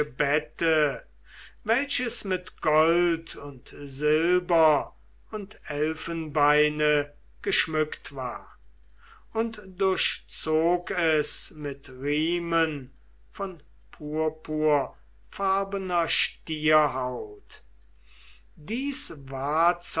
bette welches mit gold und silber und elfenbeine geschmückt war und durchzog es mit riemen von purpurfarbener stierhaut dies wahrzeichen